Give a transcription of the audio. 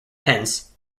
hence